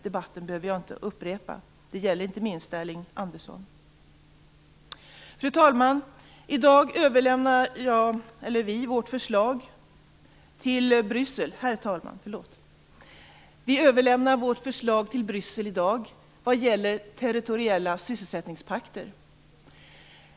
Det gäller inte minst Elving Andersson. Den debatten behöver jag inte upprepa. Herr talman! I dag överlämnar vi till Bryssel vårt förslag vad gäller territoriella sysselsättningspakter.